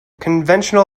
conventional